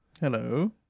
Hello